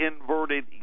inverted